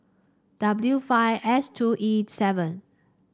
W five S two E seven